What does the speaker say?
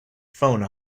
phone